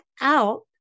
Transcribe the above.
out